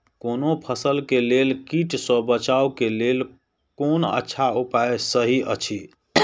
कोनो फसल के लेल कीट सँ बचाव के लेल कोन अच्छा उपाय सहि अछि?